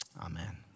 Amen